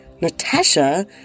Natasha